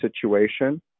situation